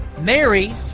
Mary